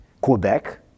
Quebec